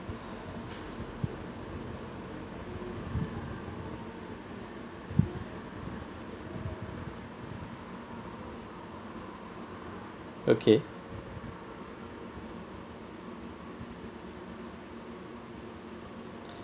okay